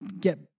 get